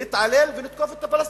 להתעלל ולתקוף את הפלסטינים.